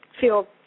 feel